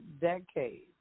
decades